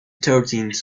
thirteenth